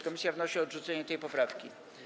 Komisja wnosi o odrzucenie tej poprawki.